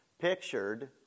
pictured